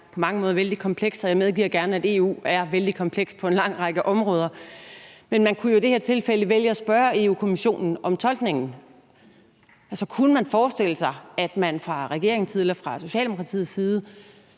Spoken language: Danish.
på mange måder er vældig komplekst, og jeg medgiver gerne, at EU er vældig kompleks på en lang række områder. Men man kunne jo i det her tilfælde vælge at spørge Europa-Kommissionen om tolkningen. Altså, kunne man forestille sig, at man fra regeringens side, eller fra Socialdemokratiets side,